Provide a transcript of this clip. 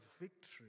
victory